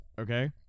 okay